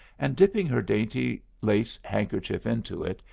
and, dipping her dainty lace handkerchief into it,